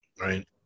Right